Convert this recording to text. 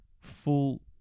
full